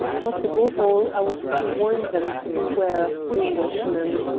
but, above all, i was to warn them to beware of the englishman.